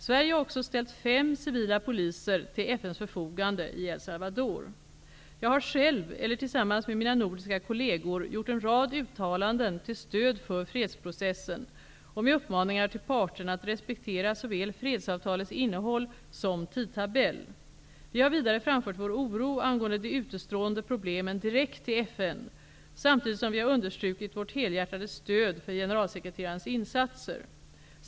Sverige har också ställt fem civila poliser till FN:s förfogande i El Salvador. Jag har själv, eller tillsammans med mina nordiska kolleger, gjort en rad uttalanden till stöd för fredsprocessen och med uppmaningar till parterna att respektera såväl fredsavtalets innehåll som tidtabell. Vi har vidare framfört vår oro angående de utestående problemen direkt till FN, samtidigt som vi har understrukit vårt helhjärtade stöd för generalsekreterarens insatser.